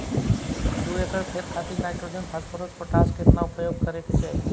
दू एकड़ खेत खातिर नाइट्रोजन फास्फोरस पोटाश केतना उपयोग करे के चाहीं?